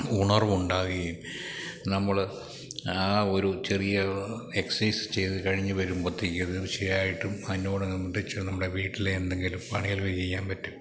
ഉണർവുണ്ടാവുകയും നമ്മള് ആ ഒരു ചെറിയ എക്സസൈസ് ചെയ്ത് കഴിഞ്ഞ് വരുമ്പോഴത്തേക്കും അത് തീർച്ചയായിട്ടും അതിനോട് അനുബന്ധിച്ച് നമ്മുടെ വീട്ടിലെ എന്തെങ്കിലും പണികൾ ചെയ്യാന് പറ്റും